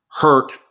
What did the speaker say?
hurt